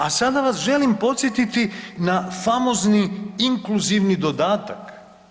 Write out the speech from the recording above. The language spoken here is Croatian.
A sada vas želim podsjetiti na famozni inkluzivni dodatak.